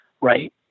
right